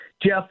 Jeff